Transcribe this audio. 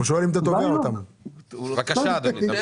תודה.